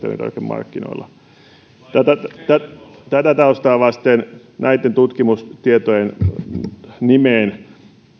elintarvikemarkkinoilla tätä tätä taustaa vasten näitten tutkimustietojen nimeen